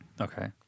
Okay